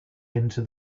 into